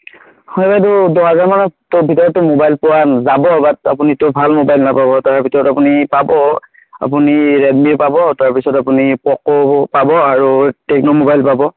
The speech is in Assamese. হয় বাইদেউ দহ হাজাৰ মানৰ ভিতৰততো মোবাইল পোৱা যাব বাট আপুনিতো ভাল মোবাইল নাপাব তাৰ ভিতৰত আপুনি পাব আপুনি ৰেডমিৰ পাব তাৰপিছত আপুনি প'ক' পাব আৰু টেকন' মোবাইল পাব